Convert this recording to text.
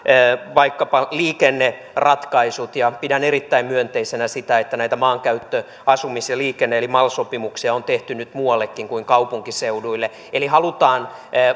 vaikkapa liikenneratkaisut ja pidän erittäin myönteisenä sitä että näitä maankäyttö asumis ja liikenne eli mal sopimuksia on tehty nyt muuallekin kuin kaupunkiseuduille halutaan